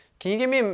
can you give me um